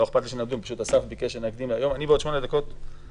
לא אכפת לי שנדון אבל בעוד שמונה דקות מסיים.